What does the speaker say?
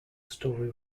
story